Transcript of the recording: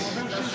זה אני.